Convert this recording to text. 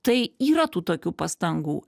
tai yra tų tokių pastangų